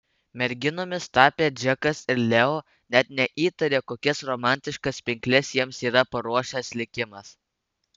merginomis tapę džekas ir leo net neįtaria kokias romantiškas pinkles jiems yra paruošęs likimas